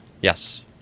Yes